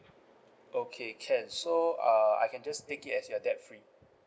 okay can so uh I can just take it as you're debt free